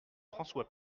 françois